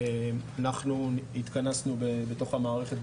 אנחנו התכנסנו בתוך המערכת,